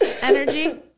energy